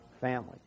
family